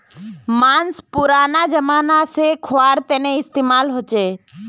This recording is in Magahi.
माँस पुरना ज़माना से ही ख्वार तने इस्तेमाल होचे